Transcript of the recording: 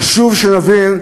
חשוב שנבין,